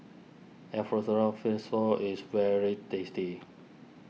is very tasty